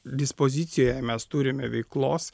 dispozicijoje mes turime veiklos